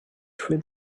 three